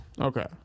Okay